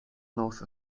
north